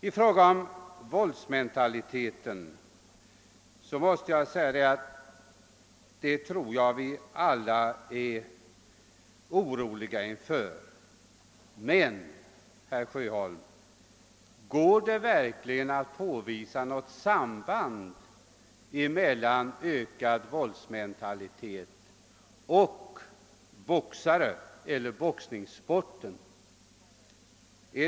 I fråga om våldsmentaliteten är vi nog alla oroliga, men kan man, herr Sjöholm, påvisa något verkligt samband mellan ökad våldsmentalitet och boxningssport?